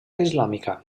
islàmica